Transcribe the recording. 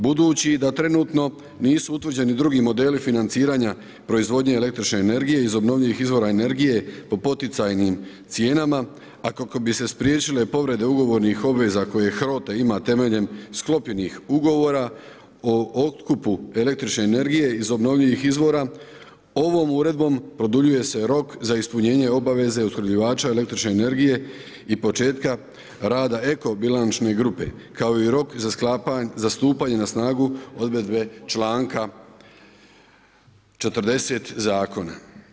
Budući da trenutno nisu utvrđeni drugi modeli financiranja proizvodnje električne energije iz obnovljivih izvora energije po poticajnim cijenama, a kako bi se spriječile povrede ugovornih obveza koje HROTE ima temeljem sklopljenih ugovora o otkupu električne energije iz obnovljivih izvora, ovom uredbom produljuje se rok za ispunjenje obveze opskrbljivača električne energije i početka rada eko bilančne grupe, kao i rok za stupanje na snagu odredbe članka 40. zakona.